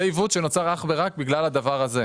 זה עיוות שנוצר אך ורק בגלל הדבר הזה.